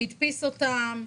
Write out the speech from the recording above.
הדפיס אותם,